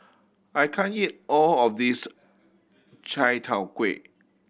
I can't eat all of this Chai Tow Kuay